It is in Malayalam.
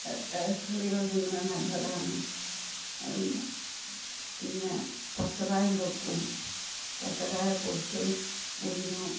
ഇലക്കറികള് തിന്നുന്നത് നല്ലതാണ് പിന്നെ പച്ചക്കായയും വെക്കും പച്ചക്കായ പഴുത്തത് പുഴുങ്ങും